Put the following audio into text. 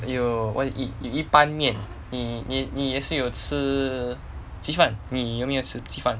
you what you eat 板面你你你也是有吃鸡饭你有没有吃鸡饭